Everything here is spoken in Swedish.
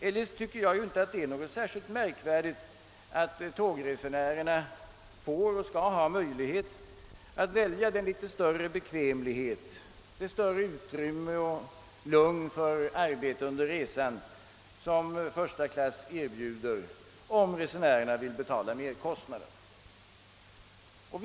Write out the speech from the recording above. Jag tycker inte för min del att det är något särskilt märkvärdigt att tågresenärerna får möjlighet att välja den litet större bekvämlighet, det större utrymme och lugn för arbete under resan som första klass erbjuder, om de vill betala merkostnaden för det.